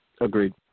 Agreed